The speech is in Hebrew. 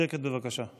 שקט בבקשה.